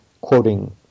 quoting